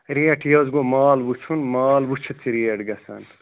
rate یہِ حظ گوٚو مال وُچھُن مال وُچھِتھ چھِ ریٹ گَژھان